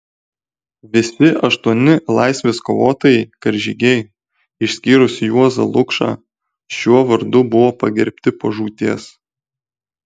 visi aštuoni laisvės kovotojai karžygiai išskyrus juozą lukšą šiuo vardu buvo pagerbti po žūties